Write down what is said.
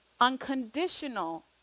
unconditional